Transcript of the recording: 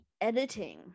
editing